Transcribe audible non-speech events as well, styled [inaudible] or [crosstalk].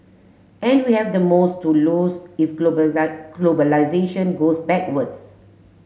and we have the most to lose if [unintelligible] globalisation goes backwards